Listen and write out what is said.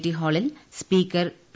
T ഹാളിൽ speaker P